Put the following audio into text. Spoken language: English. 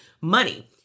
money